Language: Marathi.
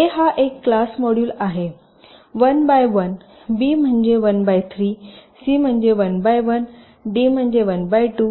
तर ए हा एक क्लास मॉड्यूल आहे 1 बाय 1 बी म्हणजे 1 बाय 3 सी म्हणजे 1 बाय 1डी म्हणजे 1 बाय 2